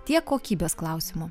tiek kokybės klausimu